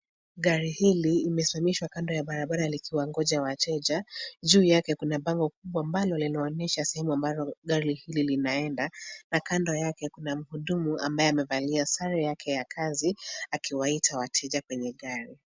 Gari hili imesimamishwa kando ya barabara likiwangoja wateja. Juu yake kuna bango kubwa ambalo linaonyesha sehemu ambayo gari hili linaenda na kando yake kuna mhudumu ambaye amevalia sare yake ya kazi akiwaita wateja kwenye gari.